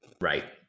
Right